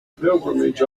pilgrimage